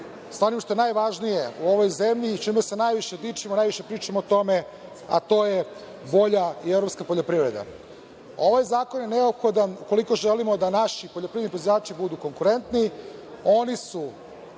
sa onim što je najvažnije u ovoj zemlji, sa čime se najviše dičimo, najviše pričamo o tome, a to je bolja i evropska poljoprivreda. Ovaj zakon je neophodan ukoliko želimo da naši poljoprivredni proizvođači budu konkurentni.